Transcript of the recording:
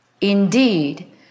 Indeed